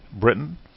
Britain